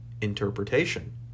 Interpretation